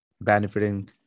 benefiting